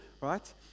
right